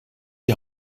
die